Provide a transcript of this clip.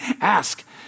Ask